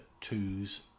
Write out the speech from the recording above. twos